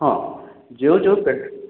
ହଁ ଯେଉଁ ଯେଉଁ ପେଟ୍ରୋଲ୍